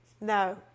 No